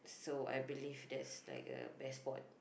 so I believe that's like a best spot